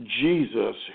Jesus